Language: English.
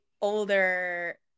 older